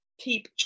keep